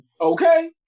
Okay